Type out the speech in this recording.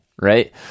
Right